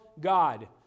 God